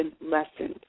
lessened